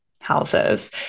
houses